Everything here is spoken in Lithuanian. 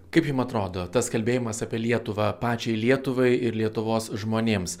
kaip jum atrodo tas kalbėjimas apie lietuvą pačiai lietuvai ir lietuvos žmonėms